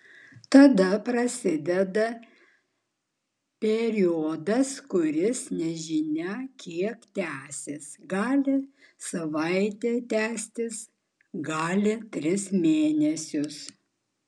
tada prasideda periodas kuris nežinia kiek tęsiasi gali savaitę tęstis gali tris mėnesius